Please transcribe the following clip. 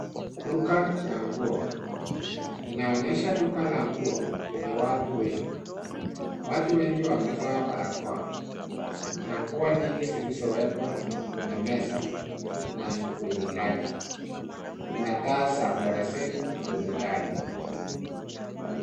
Duka ya nguo. Inaonyesha duka la nguo enye watu wengi. Watu wengi wamevaa barakoa. Kuna nguo nyingi zilizowekwa kwenye meza na kwenye raki. Kuna taa za floriseni kwenye dari.